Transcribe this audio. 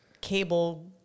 cable